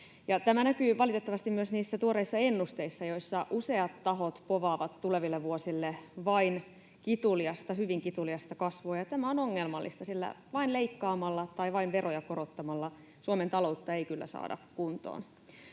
Tämä näkyy valitettavasti myös niissä tuoreissa ennusteissa, joissa useat tahot povaavat tuleville vuosille vain kituliasta, hyvin kituliasta, kasvua, ja tämä on ongelmallista, sillä vain leikkaamalla tai vain veroja korottamalla Suomen taloutta ei kyllä saada kuntoon.